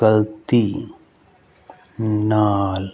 ਗਲਤੀ ਨਾਲ